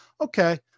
Okay